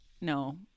No